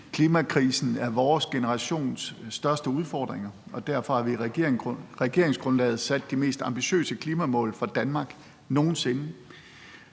Klimakrisen er vores generations største udfordring, og derfor har vi i regeringsgrundlaget sat de mest ambitiøse klimamål for Danmark nogen sinde.